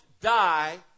die